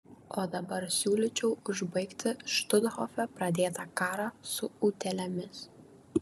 o dabar siūlyčiau užbaigti štuthofe pradėtą karą su utėlėmis